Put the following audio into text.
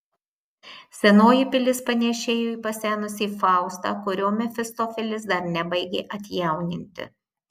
senoji pilis panėšėjo į pasenusį faustą kurio mefistofelis dar nebaigė atjauninti